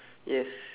yes